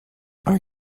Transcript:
are